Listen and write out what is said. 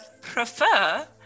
prefer